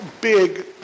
big